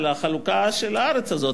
על החלוקה של הארץ הזאת.